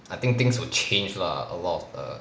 I think things will change lah a lot of err